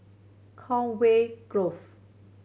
Conway Grove